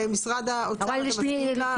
זאת ההסתייגות שלכם?